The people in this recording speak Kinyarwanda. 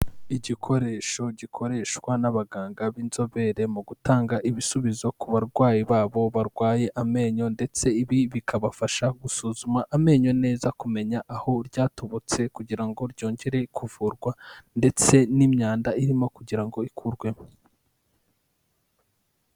Igikoresho gikoreshwa n'abaganga b'inzobere mu gutanga ibisubizo ku barwayi babo, barwaye amenyo ndetse ibi bikabafasha gusuzuma amenyo neza, kumenya aho ryatobotse kugira ngo ryongere kuvurwa ndetse n'imyanda irimo kugira ngo ikurwemo.